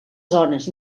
zones